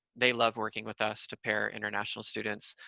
they love working with us to pair international students.